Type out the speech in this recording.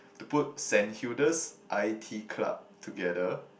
to put Saint Hilda's i_t club together